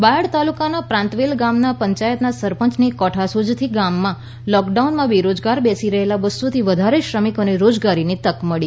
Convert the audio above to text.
બાયડ તાલુકાના પ્રાંતવેલ ગ્રામ પંચાયતના સરપંચની કોઠાસૂઝથી ગામના લૉક ડાઉનમાં બેરોજગાર બેસી રહેલા બસોથી વધારે શ્રમિકોને રોજગારીની તક મળી